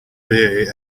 bay